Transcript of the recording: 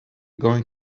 going